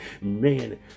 man